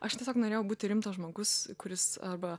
aš tiesiog norėjau būti rimtas žmogus kuris arba